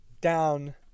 down